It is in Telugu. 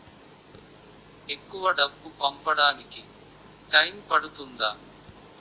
ఎక్కువ డబ్బు పంపడానికి టైం పడుతుందా?